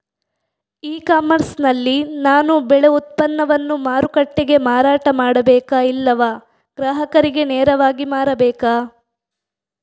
E commerce ನಲ್ಲಿ ನಾನು ಬೆಳೆ ಉತ್ಪನ್ನವನ್ನು ಮಾರುಕಟ್ಟೆಗೆ ಮಾರಾಟ ಮಾಡಬೇಕಾ ಇಲ್ಲವಾ ಗ್ರಾಹಕರಿಗೆ ನೇರವಾಗಿ ಮಾರಬೇಕಾ?